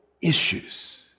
issues